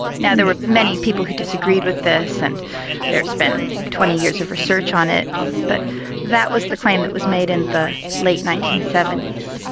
now there were many people who disagreed with this and there's been twenty years of research on it but that was the claim that was made in the late nineteen seventy s.